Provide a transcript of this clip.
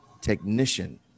technician